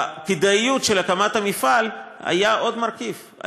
בכדאיות של הקמת המפעל היה עוד מרכיב,